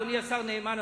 אדוני השר נאמן,